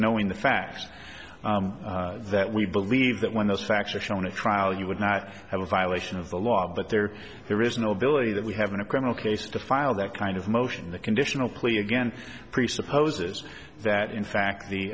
knowing the facts that we believe that when those facts are shown at trial you would not have a violation of the law but there there is no ability that we have in a criminal case to file that kind of motion in the conditional plea again presupposes that in fact